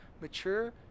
mature